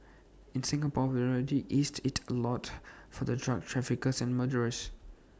in Singapore we've already eased IT A lot for the drug traffickers and murderers